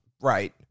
right